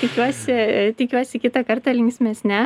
tikiuosi tikiuosi kitą kartą linksmesne